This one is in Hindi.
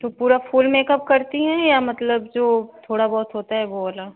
तो पूरा फ़ुल मेकअप करती हैं या मतलब जो थोड़ा बहुत होता है वह वाला